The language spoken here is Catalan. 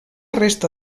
resta